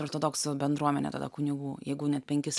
ortodoksų bendruomenė tada kunigų jeigu net penkis